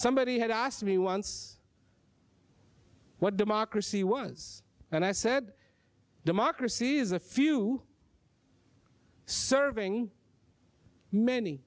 somebody had asked me once what democracy was and i said democracy is a few serving many